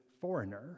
foreigner